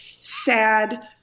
sad